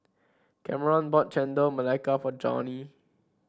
Kameron bought Chendol Melaka for Johnie